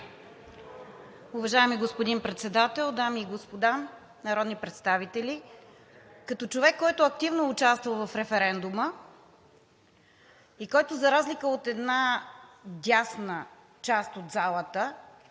Уважаеми господин Председател, дами и господа народни представители! Като човек, който активно е участвал в референдума и който за разлика от една дясна част от залата